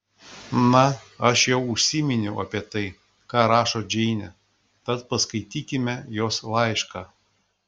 na aš jau užsiminiau apie tai ką rašo džeinė tad paskaitykime jos laišką